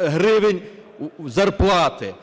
гривень зарплати.